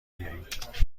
بیایید